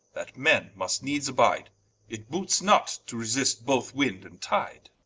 that men must needs abide it boots not to resist both winde and tide.